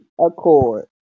accord